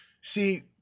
See